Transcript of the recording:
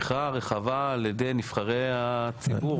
תמיכה רחבה על ידי נבחרי הציבור.